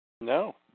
No